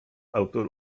autor